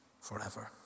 forever